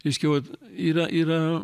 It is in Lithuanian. reiškia vat yra yra